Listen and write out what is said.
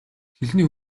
хэлний